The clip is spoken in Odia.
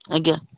ଆଜ୍ଞା